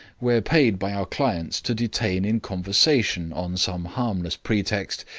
we are paid by our clients to detain in conversation, on some harmless pretext,